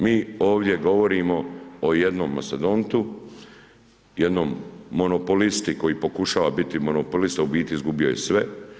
Mi ovdje govorimo o jednom mastodontu, jednom monopolisti koji pokušava biti monopolista, a u biti izgubio je sve.